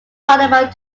parliament